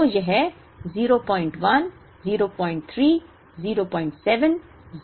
तो यह 01 03 07 09 है